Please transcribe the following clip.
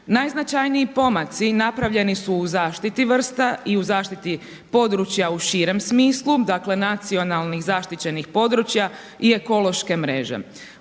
Najznačajniji pomaci napravljeni su u zaštiti vrsta i u zaštiti područja u širem smislu dakle nacionalnih zaštićenih područja i ekološke mreže.